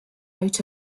out